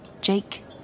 Jake